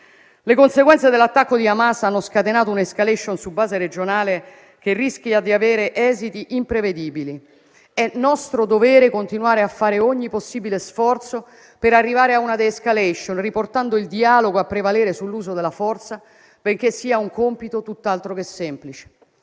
Le conseguenze dell'attacco di Hamas hanno scatenato un'*escalation* su base regionale che rischia di avere esiti imprevedibili. È nostro dovere continuare a fare ogni possibile sforzo per arrivare a una *de-escalation*, riportando il dialogo a prevalere sull'uso della forza, benché sia un compito tutt'altro che semplice.